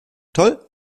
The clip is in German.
toll